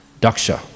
Daksha